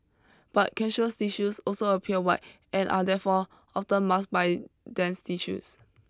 but cancerous tissues also appear white and are therefore often masked by dense tissues